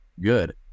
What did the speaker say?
good